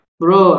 bro